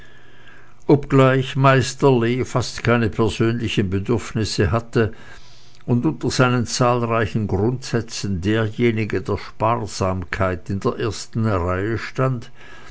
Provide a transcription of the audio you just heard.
obgleich meister lee fast keine persönlichen bedürfnisse hatte und unter seinen zahlreichen grundsätzen derjenige der sparsamkeit in der ersten reihe stand